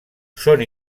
són